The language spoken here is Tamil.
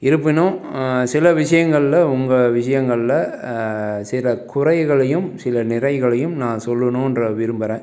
இருப்பினும் சில விஷயங்கள்ல உங்கள் விஷயங்கள்ல சில குறைகளையும் சில நிறைகளையும் நான் சொல்லணுன்ற விரும்பறேன்